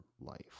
life